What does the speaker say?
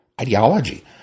ideology